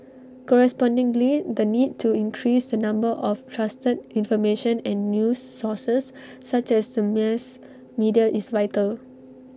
correspondingly the need to increase the number of trusted information and news sources such as the mass media is vital